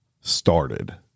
started